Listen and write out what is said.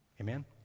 Amen